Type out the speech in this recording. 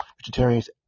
vegetarians